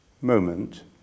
moment